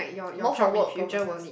more for work purposes